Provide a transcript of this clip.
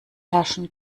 herrschen